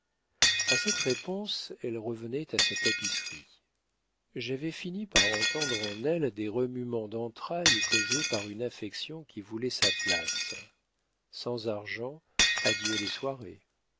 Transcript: a cette réponse elle revenait à sa tapisserie j'avais fini par entendre en elle des remuements d'entrailles causés par une affection qui voulait sa place sans argent adieu les soirées